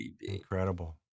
Incredible